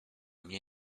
mnie